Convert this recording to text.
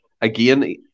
again